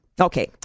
Okay